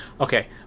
okay